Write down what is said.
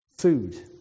food